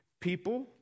People